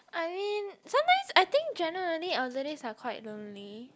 I mean sometimes I think generally elderlies are quite lonely